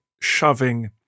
shoving